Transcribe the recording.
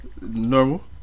Normal